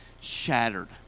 shattered